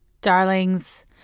Darlings